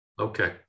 Okay